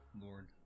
Lord